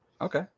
Okay